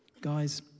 Guys